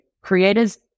creators